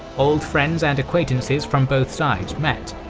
old friends and acquaintances from both sides met,